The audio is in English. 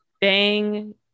Bang